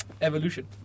evolution